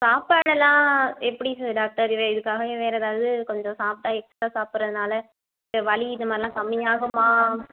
சாப்பாடெல்லாம் எப்படி sir doctor இதே இதற்காக வேறு எதாவது கொஞ்சம் சாப்பிட்டா எக்ஸ்ட்டாக சாப்பிறதுனால வலி இது மாதிரிலாம் கம்மியாகுமா